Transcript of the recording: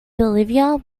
bolivia